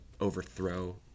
overthrow